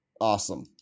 awesome